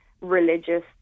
religious